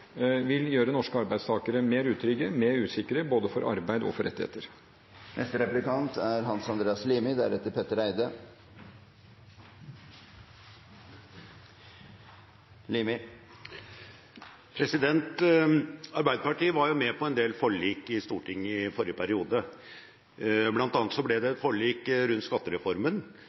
vil gjøre norske arbeidstakere mer utrygge og mer usikre når det gjelder både arbeid og rettigheter. Arbeiderpartiet var med på en del forlik i Stortinget i forrige periode. Blant annet ble det et forlik om skattereformen,